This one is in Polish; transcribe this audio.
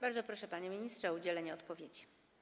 Bardzo proszę, panie ministrze, o udzielenie odpowiedzi.